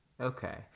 Okay